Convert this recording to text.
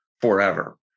forever